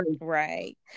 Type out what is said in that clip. Right